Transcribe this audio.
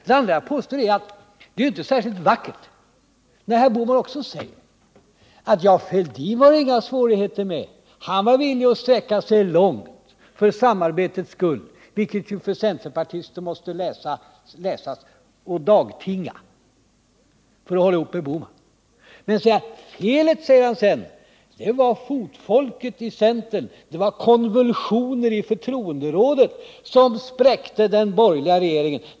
Det andra jag påstod var att det inte är särskilt vackert när Gösta Bohman säger att det inte var några svårigheter med Thorbjörn Fälldin utan att denne var villig att sträcka sig långt — vilket av centerpartiet måste uppfattas som ”dagtinga” — för samarbetets skull och för att hålla ihop med Gösta Bohman. Felet, säger Gösta Bohman sedan, var fotfolkets i centern — det var konvulsioner i förtroenderådet som spräckte den borgerliga regeringen.